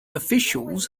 officials